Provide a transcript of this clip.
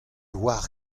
oar